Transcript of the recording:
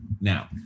Now